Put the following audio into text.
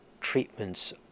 treatments